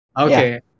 Okay